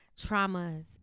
traumas